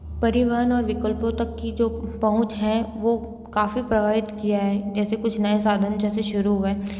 परिवहन और विकल्पों तक की जो पहुंच है वो काफ़ी प्रभावित किया है जैसे कुछ नए साधन जैसे शुरू हुए हैं